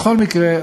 בכל מקרה,